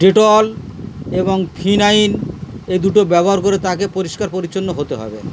Dettol এবং phenyl এ দুটো ব্যবহার করে তাকে পরিষ্কার পরিচ্ছন্ন হতে হবে